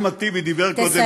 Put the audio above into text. אחמד טיבי דיבר קודם,